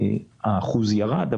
השיעור ירד.